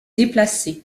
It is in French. déplacées